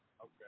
Okay